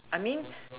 I mean